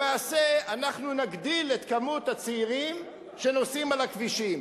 למעשה אנחנו נגדיל את מספר הצעירים שנוסעים על הכבישים,